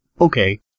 Okay